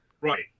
Right